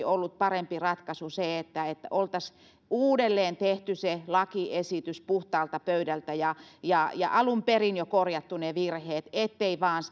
ollut parempi ratkaisu se että oltaisiin uudelleen tehty se lakiesitys puhtaalta pöydältä ja ja alun perin jo korjattu ne virheet ettei vain olisi